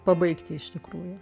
pabaigti iš tikrųjų